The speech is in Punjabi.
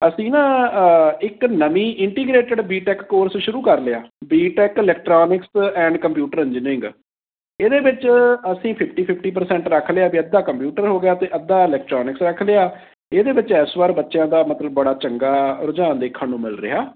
ਅਸੀਂ ਨਾ ਇੱਕ ਨਵੀਂ ਇੰਟੀਗ੍ਰੇਟਿਡ ਬੀਟੈਕ ਕੋਰਸ ਸ਼ੁਰੂ ਕਰ ਲਿਆ B Tech electronics and computer engineering ਇਹਦੇ ਵਿੱਚ ਅਸੀਂ ਫਿਫਟੀ ਫਿਫਟੀ ਪਰਸੈਂਟ ਰੱਖ ਲਿਆ ਵੀ ਅੱਧਾ ਕੰਪਿਊਟਰ ਹੋ ਗਿਆ ਅਤੇ ਅੱਧਾ ਇਲੈਕਟ੍ਰੋਨਿਕਸ ਰੱਖ ਲਿਆ ਇਹਦੇ ਵਿੱਚ ਇਸ ਵਾਰ ਬੱਚਿਆਂ ਦਾ ਮਤਲਬ ਬੜਾ ਚੰਗਾ ਰੁਝਾਨ ਦੇਖਣ ਨੂੰ ਮਿਲ ਰਿਹਾ